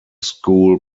school